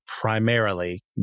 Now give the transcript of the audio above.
primarily